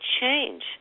change